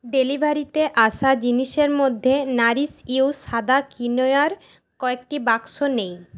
ডেলিভারিতে আসা জিনিসের মধ্যে নাারিশ ইউ সাদা কিনোয়ার কয়েকটি বাক্স নেই